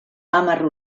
hamar